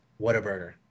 Whataburger